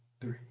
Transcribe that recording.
Three